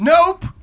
Nope